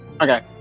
Okay